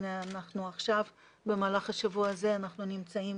הנה, אנחנו עכשיו, במהלך השבוע הזה, נמצאים